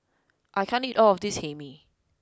I can't eat all of this Hae Mee